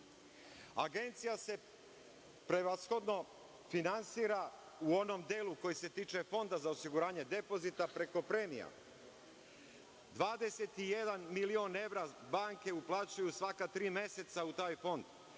kredita. Agencija se, prevashodno finansira u onom delu koji se tiče Fonda za osiguranje depozita preko premija, 21 milion evra banke uplaćuju svaka tri meseca u taj fond.